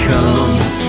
Comes